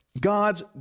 God's